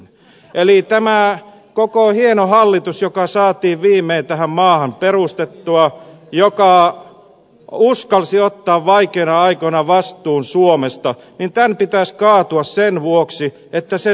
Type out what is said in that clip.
eli tämän koko hienon hallituksen joka saatiin viimein tähän maahan perustettua joka uskalsi ottaa vaikeina aikoina vastuun suomesta pitäisi kaatua sen vuoksi että se suunnittelee kuntauudistusta